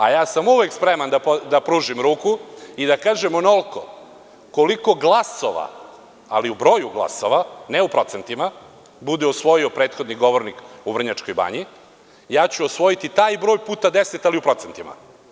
A ja sam uvek spreman da pružim ruku i da kažem onoliko koliko glasova, ali u broju glasova, ne u procentima, bude osvojio prethodni govornik u Vrnjačkoj banji, ja ću osvojiti taj broj puta 10, ali u procentima.